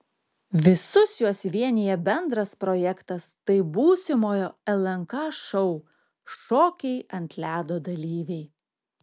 visus juos vienija bendras projektas tai būsimojo lnk šou šokiai ant ledo dalyviai